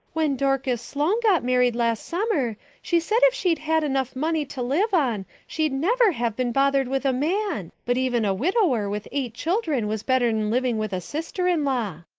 when dorcas sloane got married last summer she said if she'd had enough money to live on she'd never have been bothered with a man, but even a widower with eight children was better'n living with a sister-in-law.